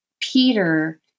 Peter